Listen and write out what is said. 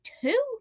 two